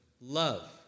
love